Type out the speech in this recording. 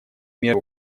меры